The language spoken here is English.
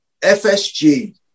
FSG